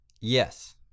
Yes